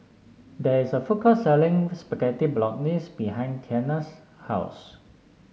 there is a food court selling Spaghetti Bolognese behind Kiana's house